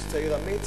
יש צעיר אמיץ,